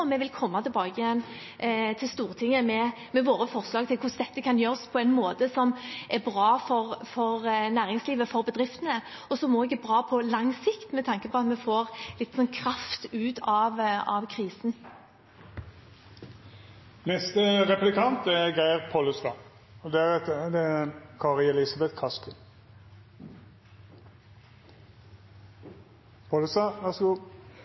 og vi vil komme tilbake igjen til Stortinget med våre forslag til hvordan dette kan gjøres på en måte som er bra for næringslivet, for bedriftene, og som også er bra på lang sikt med tanke på at vi får litt kraft ut av krisen. Senterpartiet har under heile krisen vore oppteke av luftfarten. Luftfarten er viktig fordi flyselskapa og dei tilhøyrande bedriftene sysselset mange folk. Men det